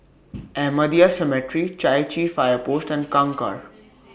Ahmadiyya Cemetery Chai Chee Fire Post and Kangkar